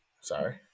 Sorry